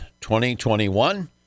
2021